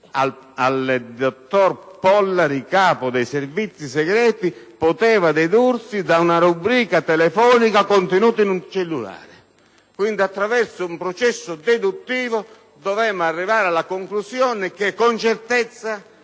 al dottor Pollari, capo dei Servizi segreti, poteva dedursi da una rubrica telefonica contenuta in un cellulare. Quindi, attraverso un processo deduttivo dovremmo arrivare alla conclusione che, con certezza,